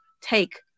take